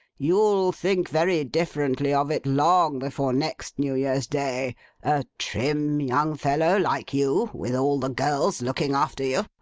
you'll think very differently of it, long before next new year's day a trim young fellow like you, with all the girls looking after you.